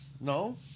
No